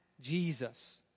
Jesus